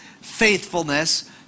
faithfulness